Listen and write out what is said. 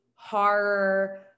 Horror